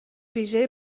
ویژهی